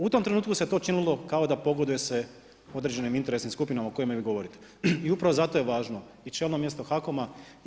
U tom trenutku se to činilo kao da pogoduje se određenim interesnim skupinama o kojima vi govorite i upravo zato je važno i čelno mjesto HAKOM-a.